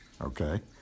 okay